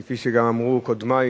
כפי שגם אמרו קודמי,